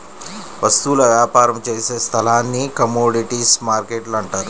వస్తువుల వ్యాపారం చేసే స్థలాన్ని కమోడీటీస్ మార్కెట్టు అంటారు